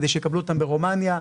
כדי שיקבלו אותם ברומניה.